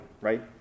right